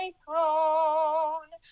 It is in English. throne